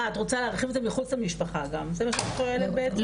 אה את רוצה להרחיב את זה מחוץ למשפחה גם זה מה שאת אומרת בעצם?